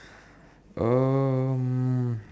um